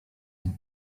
nogą